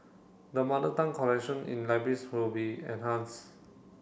the Mother Tongue collection in libraries will be enhanced